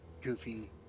goofy